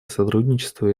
сотрудничества